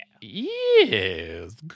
Yes